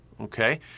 okay